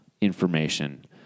information